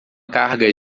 carga